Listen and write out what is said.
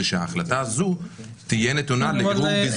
ושההחלטה הזו תהיה נתונה לערעור בזכות.